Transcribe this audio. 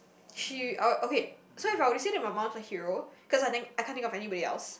she uh okay so if I were to say that my mum's a hero cause I think I can't think of anybody else